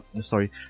sorry